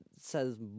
says